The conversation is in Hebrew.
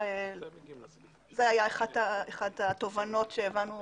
זאת הייתה אחת התובנות שהבנו.